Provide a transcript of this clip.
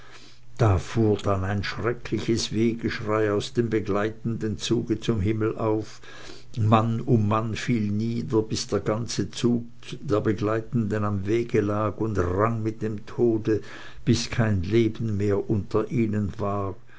fuhr dann ein schreckliches wehgeschrei aus dem begleitenden zuge zum himmel auf mann um mann fiel nieder bis der ganze zug der begleitenden am wege lag und rang mit dem tode bis kein leben mehr unter ihnen war